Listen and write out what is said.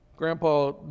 Grandpa